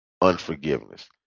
unforgiveness